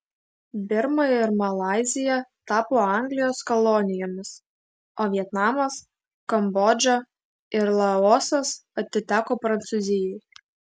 birma ir malaizija tapo anglijos kolonijomis o vietnamas kambodža ir laosas atiteko prancūzijai